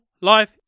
life